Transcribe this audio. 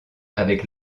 avec